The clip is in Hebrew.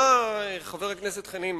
חבר הכנסת חנין,